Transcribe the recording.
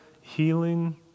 healing